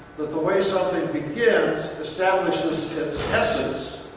that the way something begins establishes its essence,